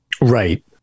Right